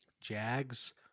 Jags